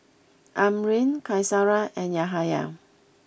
Amrin Qaisara and Yahaya